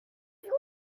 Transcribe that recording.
yours